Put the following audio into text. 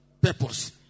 purpose